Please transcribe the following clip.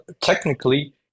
technically